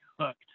hooked